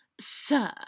Sir